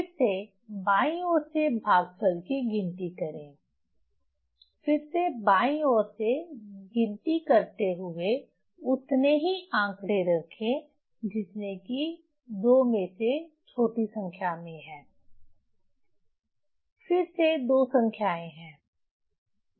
फिर से बाईं ओर से भागफल की गिनती करें फिर से बाईं ओर से गिनती ते हुए उतने ही आंकड़े रखें जितने की 2 में से छोटी संख्या में हैं फिर से दो संख्याएँ हैं